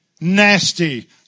nasty